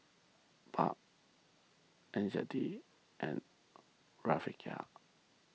Baht N Z D and Rufiyaa